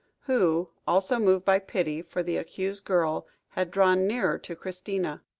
who, also moved by pity for the accused girl, had drawn nearer to christina.